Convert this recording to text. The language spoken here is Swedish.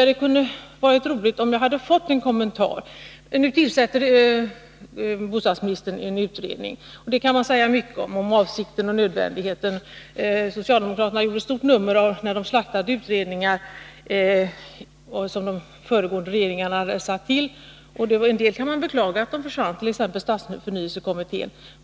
hade varit roligt om jag hade fått en kommentar till Stockholmsfallet. Nu tillsätter bostadsministern en utredning. Man kan säga mycket om avsikten med det och nödvändigheten av det. Socialdemokraterna gjorde nyligen ett stort nummer av att de slaktade utredningar som tidigare regeringar hade tillsatt. När det gäller en del av dem kan man beklaga att de försvann, t.ex. stadsförnyelsekommittén.